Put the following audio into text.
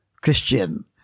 Christian